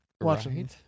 watching